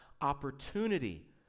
opportunity